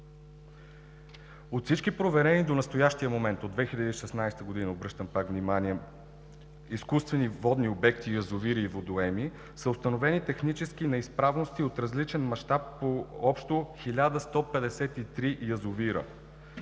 От всички проверени до настоящия момент – от 2016 г., обръщам пак внимание, изкуствени водни обекти, язовири и водоеми са установени технически неизправности от различен мащаб по общо 1153 язовира.